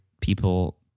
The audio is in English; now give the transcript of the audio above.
people